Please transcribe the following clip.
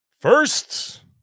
First